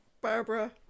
Barbara